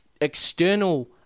external